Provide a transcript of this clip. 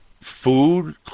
food